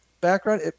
background